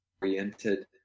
Oriented